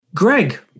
Greg